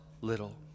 little